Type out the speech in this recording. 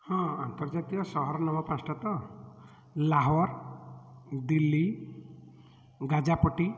ହଁ ଅନ୍ତର୍ଜାତୀୟ ସହର ନାମ ପାଞ୍ଚଟା ତ ଲାହୋର ଦିଲ୍ଲୀ ଗାଜାପଟି